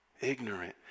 ignorant